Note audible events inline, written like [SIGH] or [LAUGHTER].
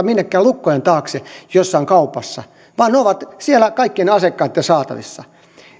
[UNINTELLIGIBLE] minnekään lukkojen taakse jossain kaupassa vaan ne ovat siellä kaikkien asiakkaitten saatavissa